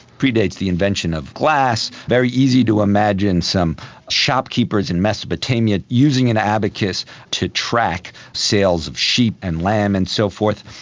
predates the invention of glass, very easy to imagine some shopkeepers in mesopotamia using an abacus to track sales of sheep and lamb and so forth.